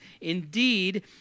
Indeed